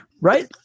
right